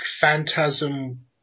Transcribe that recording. Phantasm